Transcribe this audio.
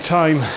time